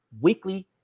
weekly